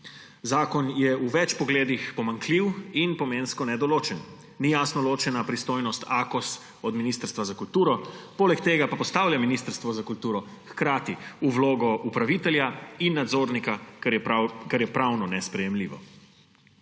Zakon je v več pogledih pomanjkljiv in pomensko nedoločen. Ni jasno ločena pristojnost Akosa od Ministrstva za kulturo, poleg tega pa postavlja Ministrstvo za kulturo hkrati v vlogo upravitelja in nadzornika, kar je pravno nesprejemljivo.